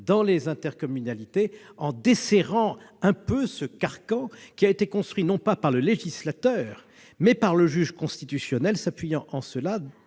dans les intercommunalités, en desserrant quelque peu ce carcan qui a été construit non par le législateur, mais par le juge constitutionnel, s'appuyant sur